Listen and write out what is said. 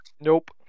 Nope